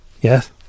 Yes